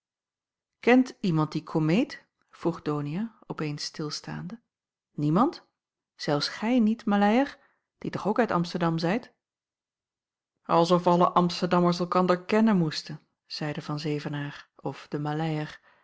kent iemand die komeet vroeg donia op eens stilstaande niemand zelfs gij niet maleier die toch ook uit amsterdam zijt als of alle amsterdammers elkander kennen moesten zeide van zevenaer of de maleier